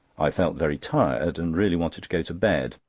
i felt very tired, and really wanted to go to bed.